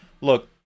Look